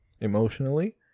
emotionally